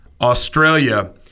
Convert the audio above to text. Australia